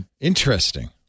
Interesting